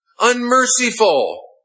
unmerciful